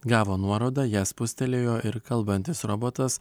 gavo nuorodą ją spustelėjo ir kalbantis robotas